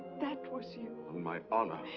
that was you! on my honor!